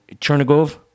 Chernigov